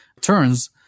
turns